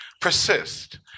persist